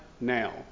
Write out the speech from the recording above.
now